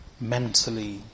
mentally